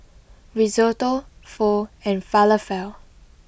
Risotto Pho and Falafel